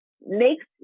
makes